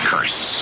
Curse